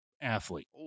athlete